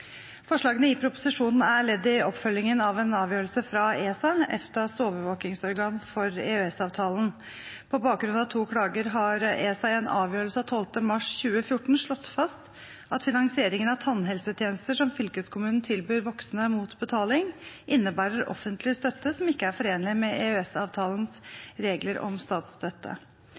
Forslagene i proposisjonen er ledd i oppfølgingen av en avgjørelse fra ESA, EFTAs overvåkingsorgan for EØS-avtalen. På bakgrunn av to klager har ESA i en avgjørelse av 12. mars 2014 slått fast at finansieringen av tannhelsetjenester som fylkeskommunen tilbyr voksne mot betaling, innebærer offentlig støtte som ikke er forenlig med EØS-avtalens regler om statsstøtte.